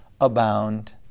abound